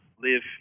live